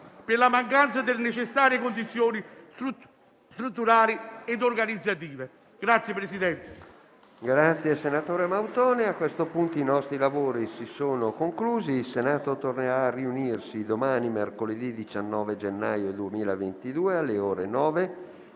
per la mancanza delle necessarie condizioni strutturali e organizzative.